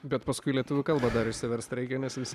bet paskui į lietuvių kalbą dar išsiverst reikia nes visi